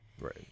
Right